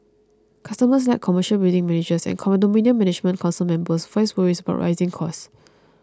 customers like commercial building managers and condominium management council members voiced worries about rising costs